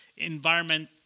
environment